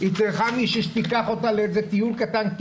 שתהיה מישהי שתיקח אותה לאיזה טיול קטן כי